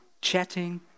chatting